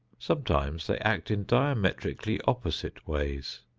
sometimes they act in diametrically opposite ways.